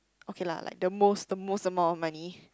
okay lah like the most the most amount of money